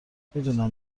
میدونم